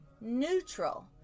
neutral